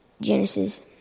Genesis